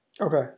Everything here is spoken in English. Okay